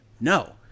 no